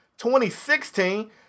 2016